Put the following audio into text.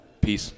Peace